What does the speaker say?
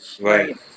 Right